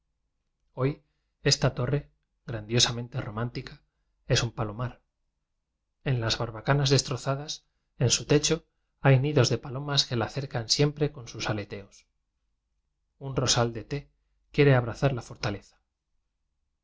hoy esta torre grandiosamente romántica es un palomar en las barbaca nas destrozadas en su techo hay nidos de palomas que la cercan siempre con sus ale teos un rosal de té quiere abrazar la for